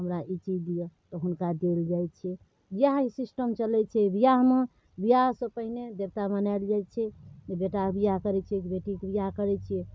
हमरा ई चीज दिअ तऽ हुनका देल जाइत छै इएह सिस्टम चलैत छै बिआहमे बिआहसँ पहिने देवता मनाएल जाइत छै जे बेटाके बिआएह करैत छियै कि बेटीके बिआह करैत छियै